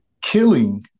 killing